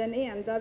Den enda